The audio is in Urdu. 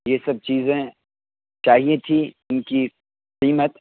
یہ سب چیزیں چاہیے تھی ان کی قیمت